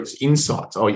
insights